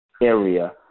area